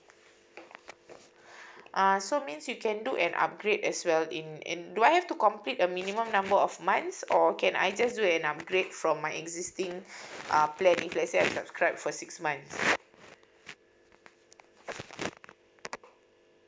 uh so means we can do an upgrade as well in and do I have to complete a minimum number of months or can I just do an upgrade from my existing uh plan if let's say I subscribe for six months